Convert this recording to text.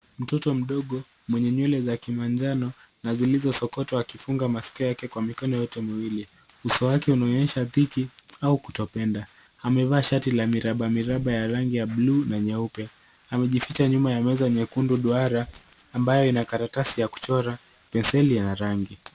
Mtoto mdogo, mwenye nywele za kimanjano na zilizosokotwa akifunga masikio yake kwa mikono yote miwili. Uso wake unaonyesha dhiki au kutopenda. Amevaa shati la miraba miraba ya rangi ya blue na nyeupe. Amejificha nyuma ya meza nyekundu duara, ambayo ina karatasi ya kuchora, penseli ya rangi.